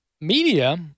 media